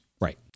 Right